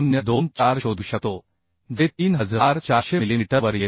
1024 शोधू शकतोजे 3400 मिलीमीटरवर येत आहे